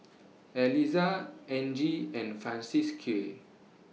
Elizah Angie and Francisqui